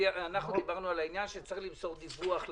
אנחנו דיברנו על העניין שצריך למסור דיווח לוועדה.